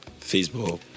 Facebook